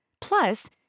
Plus